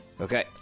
Okay